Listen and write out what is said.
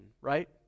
right